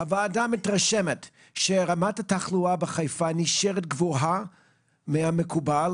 הוועדה מתרשמת שרמת התחלואה בחיפה נשארת גבוהה מהמקובל,